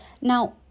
Now